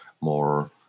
more